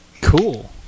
Cool